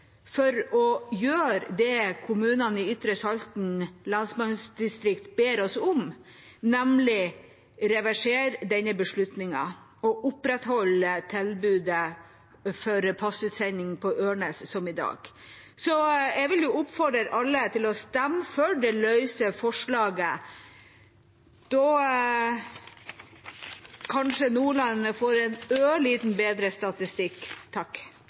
til å gjøre det som kommunene i Ytre Salten lensmannsdistrikt ber oss om, nemlig å reversere denne beslutningen og opprettholde det tilbudet for passutsending på Ørnes som er i dag. Jeg vil oppfordre alle til å stemme for forslag nr. 2. Da får kanskje Nordland ørlite bedre statistikk.